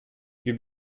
your